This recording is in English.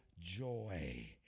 joy